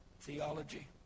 theology